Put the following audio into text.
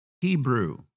Hebrew